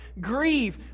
Grieve